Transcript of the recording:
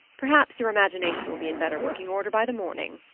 perhaps your imagination will be in better working order by the morning,